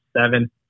seven